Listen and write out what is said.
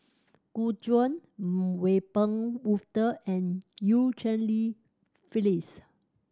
Gu Juan Wiebe Wolter and Eu Cheng Li Phyllis